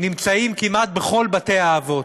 נמצאות כמעט בכל בתי-האבות.